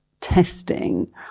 testing